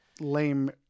lame